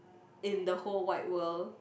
in the whole wide world